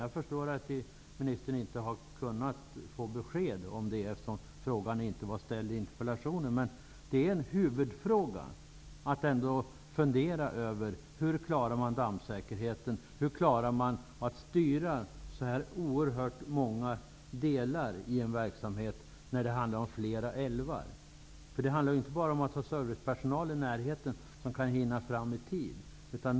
Jag förstår att näringsministern inte har kunnat ge besked om det, eftersom frågan inte var ställd i interpellationen. Men det är en huvudfråga att fundera över. Hur klarar man dammsäkerheten? Hur klarar man att styra så oerhört många delar i en verksamhet när det handlar om flera älvar? Det handlar inte bara om att ha servicepersonal i närheten som kan hinna fram i tid.